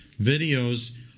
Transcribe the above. videos